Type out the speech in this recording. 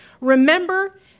remember